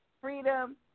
freedom